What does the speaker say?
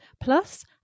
Plus